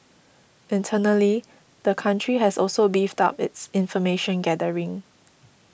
internally the country has also beefed up its information gathering